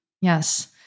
Yes